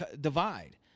divide